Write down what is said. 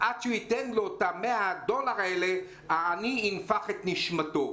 עד שהוא ייתן לו את 100 הדולר האלה העני ייפח את נשמתו.